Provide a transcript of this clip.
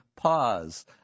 pause